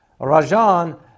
Rajan